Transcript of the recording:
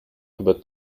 aber